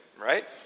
Right